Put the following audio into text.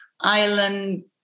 island